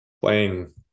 playing